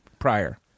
prior